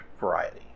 variety